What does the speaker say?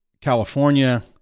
California